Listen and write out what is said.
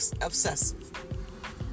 obsessive